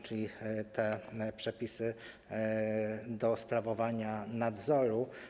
Chodzi o przepisy do sprawowania nadzoru.